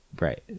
right